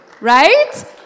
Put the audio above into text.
right